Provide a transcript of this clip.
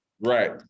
Right